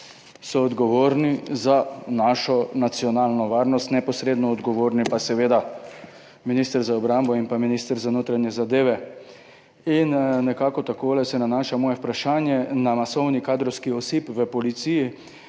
soodgovorni za našo nacionalno varnost, neposredno odgovorna pa sta seveda minister za obrambo in minister za notranje zadeve. Nekako takole se nanaša moje vprašanje na masovni kadrovski osip v Policiji